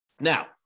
Now